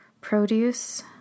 produce